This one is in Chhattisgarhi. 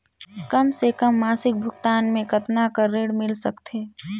कम से कम मासिक भुगतान मे कतना कर ऋण मिल सकथे?